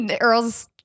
earl's